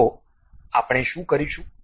તો આપણે શું કરીશું